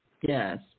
Yes